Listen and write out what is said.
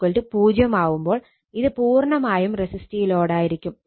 അതിൽ X 0 ആവുമ്പോൾ ഇത് പൂർണ്ണമായും റെസിസ്റ്റീവ് ലോഡായിരിക്കും